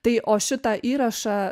tai o šitą įrašą